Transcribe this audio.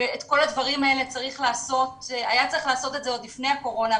את כל הדברים האלה היה צריך לעשות עוד לפני הקורונה,